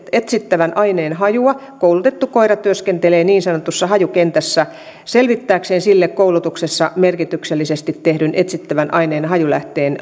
etsittävän aineen hajua koulutettu koira työskentelee niin sanotussa hajukentässä löytääkseen sille koulutuksessa merkitykselliseksi tehdyn etsittävän aineen hajulähteen